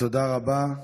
תודה רבה.